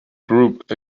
group